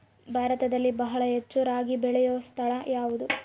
ಭಾರತದಲ್ಲಿ ಬಹಳ ಹೆಚ್ಚು ರಾಗಿ ಬೆಳೆಯೋ ಸ್ಥಳ ಯಾವುದು?